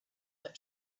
that